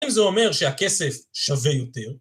האם זה אומר שהכסף שווה יותר?